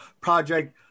project